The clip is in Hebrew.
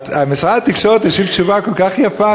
משרד התקשורת השיב תשובה כל כך יפה,